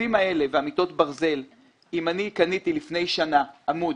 החלקים הללו אם אני קניתי לפני שנה עמוד